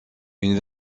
une